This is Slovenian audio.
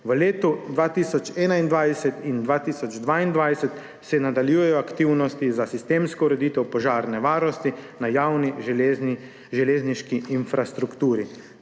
V letih 2021 in 2022 se nadaljujejo aktivnosti za sistemsko ureditev požarne varnosti na javni železniški infrastrukturi.